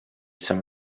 some